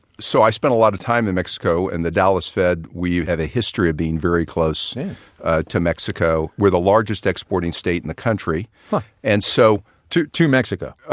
so i spend a lot of time in mexico, and the dallas fed, we have a history of being very close to mexico. we're the largest exporting state in the country and so to to mexico?